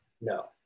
No